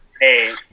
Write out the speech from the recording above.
hey